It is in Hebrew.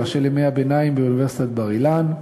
של ימי הביניים באוניברסיטת בר-אילן.